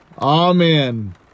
amen